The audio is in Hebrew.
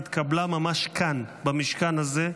התקבלה ממש כאן במשכן הזה,